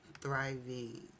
thriving